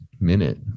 minute